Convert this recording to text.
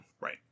Right